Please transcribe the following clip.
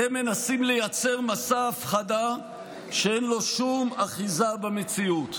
אתם מנסים לייצר מסע הפחדה שאין לו שום אחיזה במציאות.